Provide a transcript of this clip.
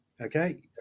okay